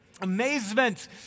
Amazement